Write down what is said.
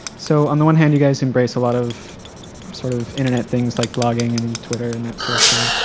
so on the one hand you guys embrace a lot of sort of internet things like blogging and twitter and that sort of thing,